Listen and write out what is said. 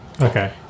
okay